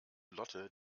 lotte